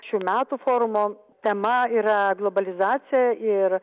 šių metų forumo tema yra globalizacija ir